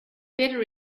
better